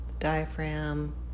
diaphragm